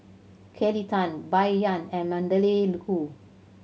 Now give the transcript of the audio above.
Kelly Tang Bai Yan and Magdalene Khoo